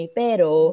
pero